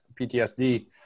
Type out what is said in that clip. PTSD